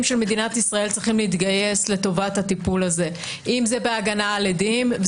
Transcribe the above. של מדינת ישראל צריכים להתגייס לטובת הטיפול הזה: בהגנה על עדים,